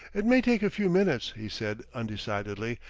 it may take a few minutes, he said undecidedly,